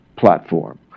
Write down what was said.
platform